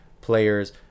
players